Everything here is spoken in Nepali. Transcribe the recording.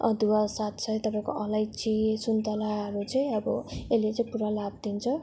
अदुवा साथसाथ तपाईँको अलैँची सुन्तलाहरू चाहिँ अब यसले चाहिँ पुरा लाभ दिन्छ